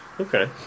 okay